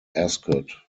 ascot